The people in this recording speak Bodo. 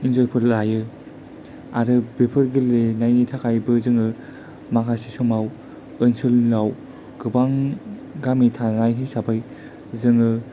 इन्जय लायो आरो बेफोर गेलेनायनि थाखायबो जोङो माखासे समाव ओनसोलाव गोबां गामि थानाय हिसाबै जोङो